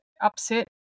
upset